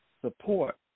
support